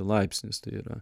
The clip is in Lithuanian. laipsnis tai yra